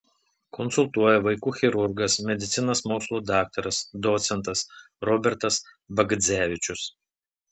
konsultuoja vaikų chirurgas medicinos mokslų daktaras docentas robertas bagdzevičius